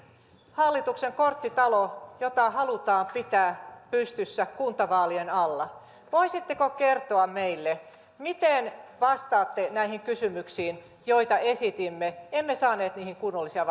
hallituksen korttitalo jota halutaan pitää pystyssä kuntavaalien alla voisitteko kertoa meille miten vastaatte näihin kysymyksiin joita esitimme emme saaneet niihin kunnollisia